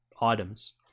items